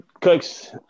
cooks